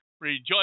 Rejoice